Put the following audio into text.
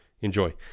Enjoy